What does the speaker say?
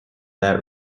that